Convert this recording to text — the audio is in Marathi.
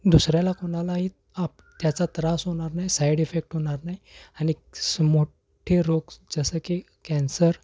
दुसऱ्याला कोणालाही आप त्याचा त्रास होणार नाही साईड इफेक्ट होणार नाही आणि मोठ्ठे रोग जसं की कॅन्सर